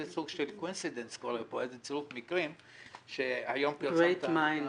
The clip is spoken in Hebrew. איזה צירוף מקרים שהיום פרסמת.